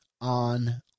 on